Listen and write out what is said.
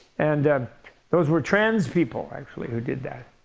and those were trans-people actually who did that,